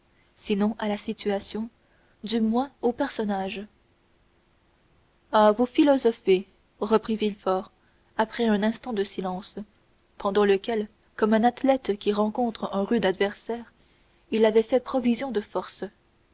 sinon à la situation du moins aux personnages ah vous philosophez reprit villefort après un instant de silence pendant lequel comme un athlète qui rencontre un rude adversaire il avait fait provision de force